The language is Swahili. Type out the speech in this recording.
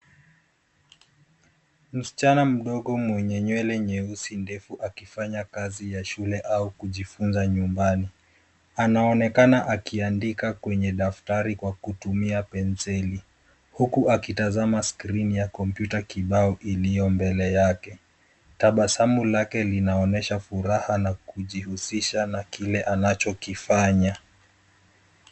Msichana mdogo mwenye nywele nyeusi ndefu akifanya kazi ta shule au kujifunza nyumbani. Anaonekana akiandika kwenye daftari kwa kutumia penseli huku akitazama skrini ya kompyuta kibao iliyo mbele yake. Tabasamu lake linaonesha furaha na kujihusisha na kile anachokifanya.